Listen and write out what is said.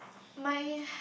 my